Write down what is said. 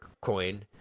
coin